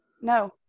no